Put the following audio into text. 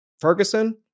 Ferguson